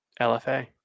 LFA